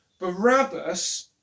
Barabbas